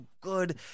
good